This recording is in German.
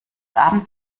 abends